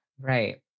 right